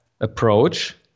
approach